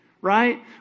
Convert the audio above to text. right